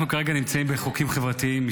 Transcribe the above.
אנחנו כרגע נמצאים בחוקים חברתיים.